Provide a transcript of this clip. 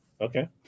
Okay